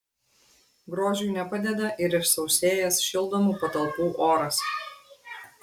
grožiui nepadeda ir išsausėjęs šildomų patalpų oras